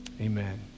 Amen